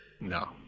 No